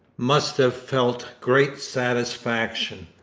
must have felt great satisfaction.